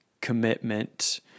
commitment